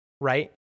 right